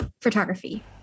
photography